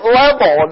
level